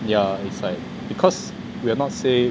ya it's like because we're not say